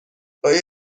آیا